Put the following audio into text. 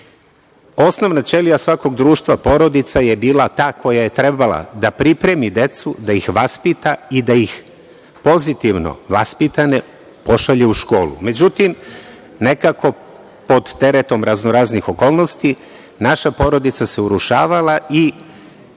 Osnovna ćelija svakog društva, porodica, je bila ta koja je trebalo da pripremi decu, da ih vaspita i da ih pozitivno vaspitane pošalje u školu. Međutim, nekako, pod teretom raznoraznih okolnosti, naša porodica se urušavala i